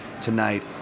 tonight